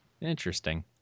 Interesting